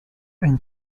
and